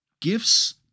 Gifts